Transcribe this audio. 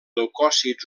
leucòcits